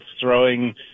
throwing